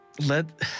Let